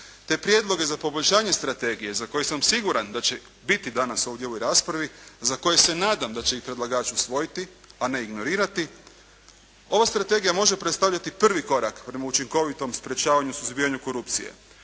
te prijedloge za poboljšanje strategije za koje sam siguran da će biti danas ovdje u ovoj raspravi, za koje se nadam da će ih predlagač usvojiti a ne ignorirati. Ova strategija može predstavljati prvi korak prema učinkovitom sprječavanju suzbijanju korupcije,